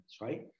right